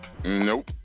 Nope